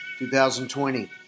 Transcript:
2020